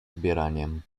zbieraniem